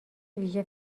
ویژه